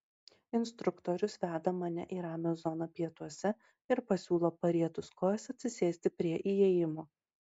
instruktorius veda mane į ramią zoną pietuose ir pasiūlo parietus kojas atsisėsti prie įėjimo